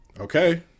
Okay